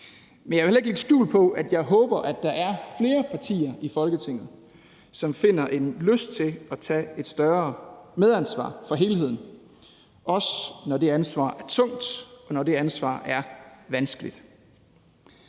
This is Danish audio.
Men jeg vil heller ikke lægge skjul på, at jeg håber, at der er flere partier i Folketinget, som finder en lyst til at tage et større medansvar for helheden, også når det ansvar er tungt, og når det